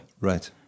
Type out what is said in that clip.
Right